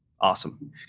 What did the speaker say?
awesome